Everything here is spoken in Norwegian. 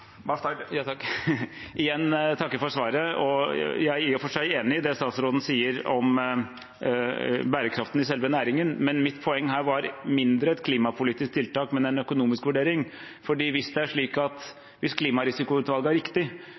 for svaret. Jeg er for så vidt enig i det statsråden sier om bærekraften i selve næringen. Mitt poeng her var i mindre grad et klimapolitisk tiltak, men mer en økonomisk vurdering.